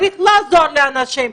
צריך לעזור לאנשים,